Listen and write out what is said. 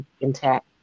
intact